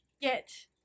get